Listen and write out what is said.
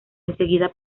enseguida